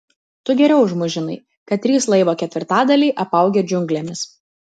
tu geriau už mus žinai kad trys laivo ketvirtadaliai apaugę džiunglėmis